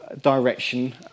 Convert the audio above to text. direction